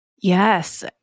Yes